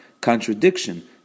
contradiction